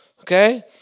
okay